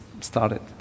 started